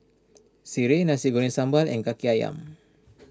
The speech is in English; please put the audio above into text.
Sireh Nasi Goreng Sambal and Kaki Ayam